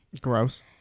Gross